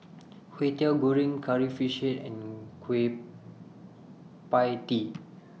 Kwetiau Goreng Curry Fish Head and Kueh PIE Tee